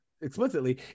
explicitly